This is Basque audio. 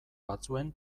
batzuen